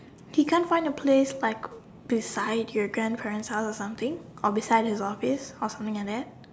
he can't find a place like beside your grand grand house or something or beside the office or something like that